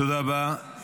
תודה רבה.